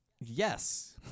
Yes